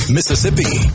Mississippi